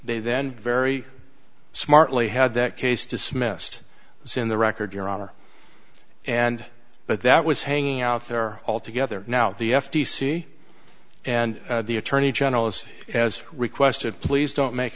they then very smartly had that case dismissed this in the record your honor and but that was hanging out there all together now the f t c and the attorney generals as requested please don't make